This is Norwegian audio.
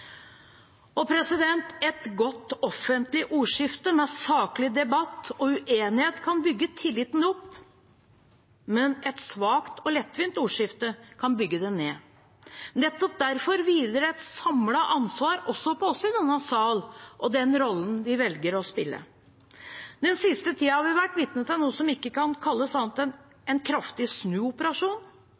Et godt offentlig ordskifte med saklig debatt og uenighet kan bygge opp tilliten, men et svakt og lettvint ordskifte kan bygge den ned. Nettopp derfor hviler det et samlet ansvar også på oss i denne salen og den rollen vi velger å spille. Den siste tiden har vi vært vitne til noe som ikke kan kalles annet enn en kraftig snuoperasjon.